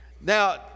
Now